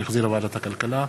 שהחזירה ועדת הכלכלה.